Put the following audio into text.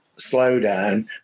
slowdown